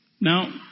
Now